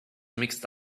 mixed